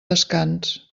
descans